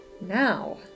now